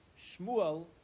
Shmuel